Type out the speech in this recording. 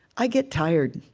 i get tired.